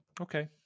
Okay